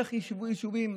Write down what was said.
איך יישבו יישובים?